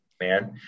man